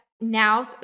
now